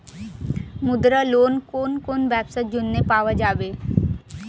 মুদ্রা লোন কোন কোন ব্যবসার জন্য পাওয়া যাবে?